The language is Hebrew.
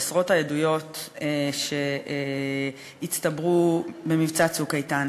בעשרות העדויות שהצטברו ממבצע "צוק איתן".